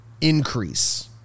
increase